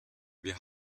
wir